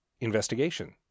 investigation